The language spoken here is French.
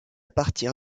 partir